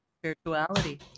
spirituality